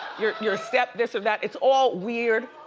your your step this or that, it's all weird.